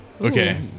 Okay